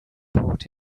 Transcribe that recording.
brought